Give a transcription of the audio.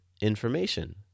information